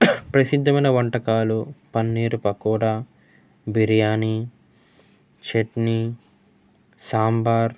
ప్రసిద్ధమైన వంటకాలు పన్నీర్ పకోడా బిర్యానీ చట్నీ సాంబార్